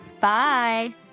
Bye